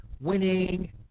winning